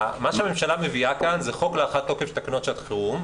מה שהממשלה מביאה כאן זה חוק להארכת תוקף תקנות שעת חירום,